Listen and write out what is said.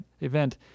event